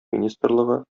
министрлыгы